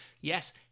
Yes